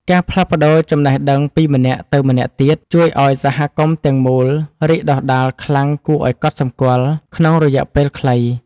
ការផ្លាស់ប្តូរចំណេះដឹងពីម្នាក់ទៅម្នាក់ទៀតជួយឱ្យសហគមន៍ទាំងមូលរីកដុះដាលខ្លាំងគួរឱ្យកត់សម្គាល់ក្នុងរយៈពេលខ្លី។